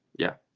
yeah.